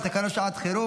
כמו שאתה יודע לעשות את זה,